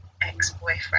ex-boyfriend